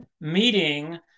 meeting